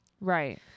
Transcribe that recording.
Right